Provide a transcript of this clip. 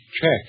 Check